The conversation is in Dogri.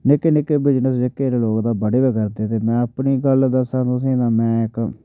निक्के निक्के बिजनस लोक बड़े गै करदे न इत्थै में अपनी गल्ल दस्सां तुसेंई में इक